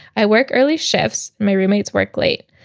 i work early shifts. my roommates work late.